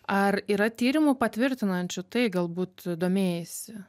ar yra tyrimų patvirtinančių tai galbūt domėjaisi